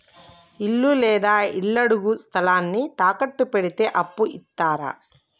ఇల్లు లేదా ఇళ్లడుగు స్థలాన్ని తాకట్టు పెడితే అప్పు ఇత్తరా?